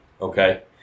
okay